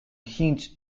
hinged